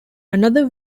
another